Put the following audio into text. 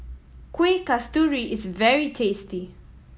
Kuih Kasturi is very tasty